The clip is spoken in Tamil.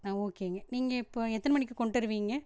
ஆ ஓகேங்க நீங்கள் இப்போ எத்தனை மணிக்கு கொண்டு வருவீங்க